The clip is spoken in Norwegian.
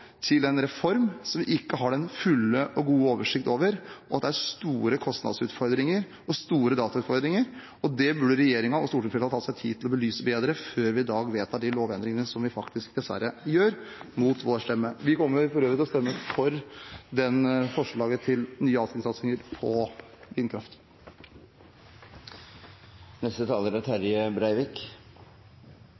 til en reform som vi ikke har den fulle og hele oversikt over, og at det er store kostnadsutfordringer og store datautfordringer. Det burde regjeringen og stortingsflertallet ha tatt seg tid til å belyse bedre, før vi i dag vedtar de lovendringene som vi faktisk dessverre gjør, mot vår stemme. Vi kommer for øvrig til å stemme for forslaget til nye avskrivningsregler for vindkraft. I denne saka er